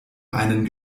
einen